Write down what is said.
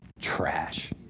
trash